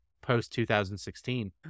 post-2016